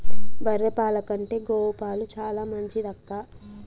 బర్రె పాల కంటే గోవు పాలు చాలా మంచిదక్కా